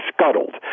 scuttled